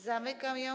Zamykam ją.